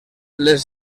les